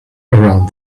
around